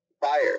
fire